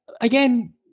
again